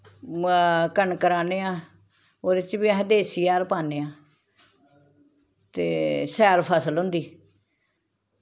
कनक राह्ने आं ओह्दे च बी अह देसी हैल पान्ने आं ते शैल फसल होंदी